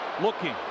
Looking